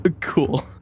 Cool